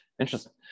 Interesting